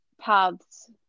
paths